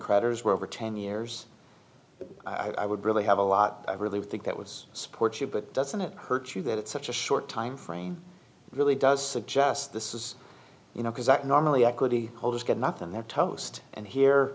creditors were over ten years i would really have a lot i really think that was supportive but doesn't it hurt you that it's such a short time frame it really does suggest this is you know because i normally equity holders get nothing they're toast and here